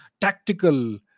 tactical